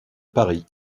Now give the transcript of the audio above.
paris